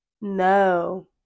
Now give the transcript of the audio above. No